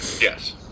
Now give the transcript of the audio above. Yes